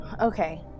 okay